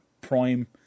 prime